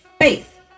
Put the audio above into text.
faith